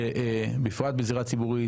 בפרט בזירה ציבורית,